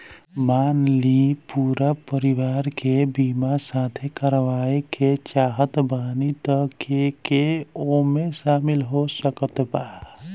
मान ली पूरा परिवार के बीमाँ साथे करवाए के चाहत बानी त के के ओमे शामिल हो सकत बा?